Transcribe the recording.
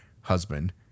husband